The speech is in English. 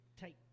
take